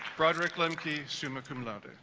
broderick lemke summa cum laude